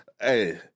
hey